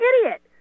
idiot